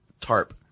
tarp